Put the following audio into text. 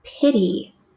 pity